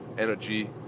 energy